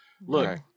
Look